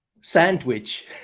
sandwich